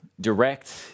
direct